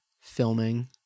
filming